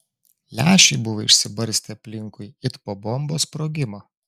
lęšiai buvo išsibarstę aplinkui it po bombos sprogimo